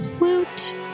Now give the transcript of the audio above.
Woot